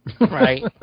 Right